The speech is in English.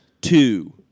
two